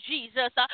Jesus